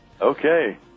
Okay